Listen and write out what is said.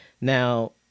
Now